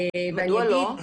מדוע לא?